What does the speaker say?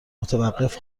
متوقف